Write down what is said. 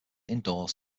indoors